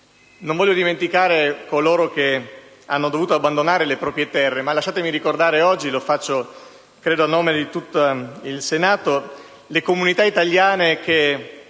Non voglio dimenticare coloro che hanno dovuto abbandonare le proprie terre, ma lasciatemi ricordare oggi - lo faccio credo a nome di tutto il Senato - le comunità italiane che